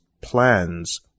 plans